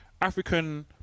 African